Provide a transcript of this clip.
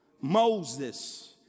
Moses